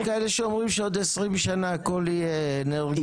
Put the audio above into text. יש כאלה שאומרים שעוד 20 שנה הכול יהיה אנרגיות מתחדשות.